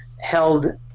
held